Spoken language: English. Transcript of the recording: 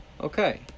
okay